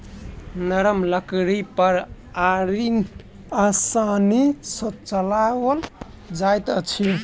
नरम लकड़ी पर आरी आसानी सॅ चलाओल जाइत अछि